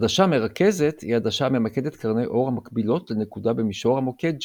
עדשה מרכזת היא עדשה הממקדת קרני אור מקבילות לנקודה במישור המוקד שלה.